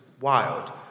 wild